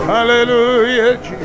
Hallelujah